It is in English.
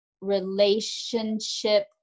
relationship